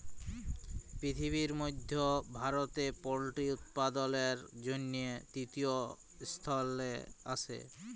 পিরথিবির মধ্যে ভারতে পল্ট্রি উপাদালের জনহে তৃতীয় স্থালে আসে